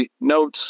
notes